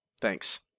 Thanks